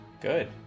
good